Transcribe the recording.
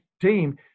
team